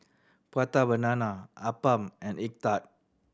Prata Banana appam and egg tart